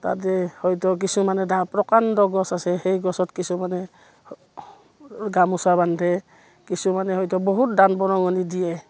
তাতে হয়তো কিছুমান এই প্ৰকাণ্ড গছ আছে সেই গছত কিছুমানে গামোচা বান্ধে কিছুমানে হয়তো বহুত দান বৰঙণি দিয়ে